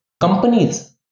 Companies